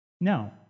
No